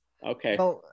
Okay